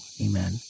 amen